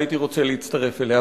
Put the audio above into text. והייתי רוצה להצטרף אליה.